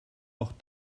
auch